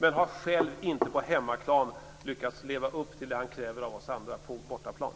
Men han har själv inte på hemmaplan lyckats leva upp till det han kräver av oss andra på bortaplan.